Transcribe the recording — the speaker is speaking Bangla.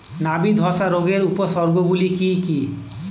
নাবি ধসা রোগের উপসর্গগুলি কি কি?